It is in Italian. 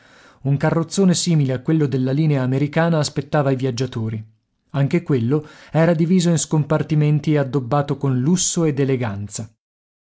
un carrozzone simile a quello della linea americana aspettava i viaggiatori anche quello era diviso in scompartimenti e addobbato con lusso ed eleganza